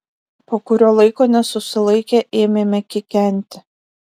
po kurio laiko nesusilaikę ėmėme kikenti